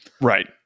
right